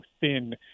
thin